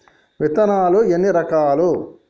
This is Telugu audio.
విత్తనాలు ఎన్ని రకాలు?